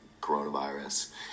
coronavirus